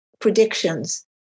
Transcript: predictions